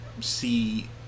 see